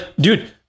dude